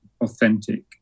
authentic